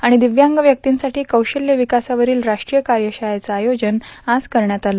आणि दिव्यांग व्यक्तींसाठी क्रैशल्य विकासावरील राष्ट्रीय कार्यशाळेचं आयोजन आज करण्यात आलं